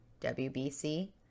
WBC